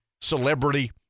celebrity